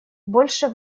больше